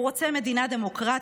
הוא רוצה מדינה דמוקרטית,